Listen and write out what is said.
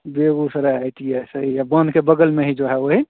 Begusarai I T I सही है बन के बगल में ही जो है वही